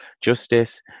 justice